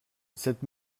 cette